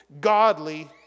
godly